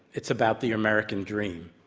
it's about the american dream.